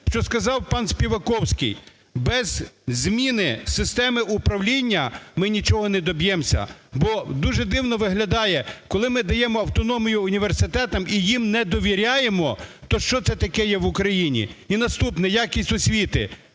що сказав пан Співаковський: без зміни системи управління ми нічого не доб'ємося. Бо дуже дивно виглядає, коли ми даємо автономію університетам і їм не довіряємо, то що це таке є в Україні? І наступне. Якість освіти.